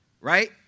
Right